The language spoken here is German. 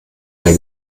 der